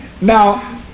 Now